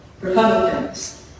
Republicans